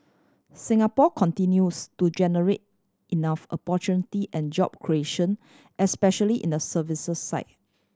Singapore continues to generate enough opportunity and job creation especially in the services side